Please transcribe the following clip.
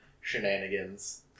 shenanigans